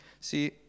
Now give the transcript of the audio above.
See